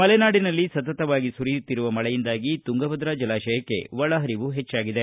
ಮಲೆನಾಡಿನಲ್ಲಿ ಸತತವಾಗಿ ಸುರಿಯುತ್ತಿರುವ ಮಳೆಯಿಂದಾಗಿ ತುಂಗಭದ್ರಾ ಜಲಾಶಯಕ್ಕೆ ಒಳ ಹರಿವು ಹೆಜ್ಜಾಗಿದೆ